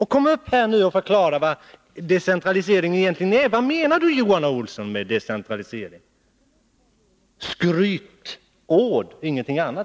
Kom upp här nu och förklara vad decentralisering egentligen är! Vad menar Johan A. Olsson med decentralisering? Skrytord — ingenting annat.